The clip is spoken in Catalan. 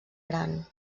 gran